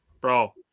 Bro